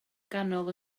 ganol